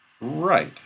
Right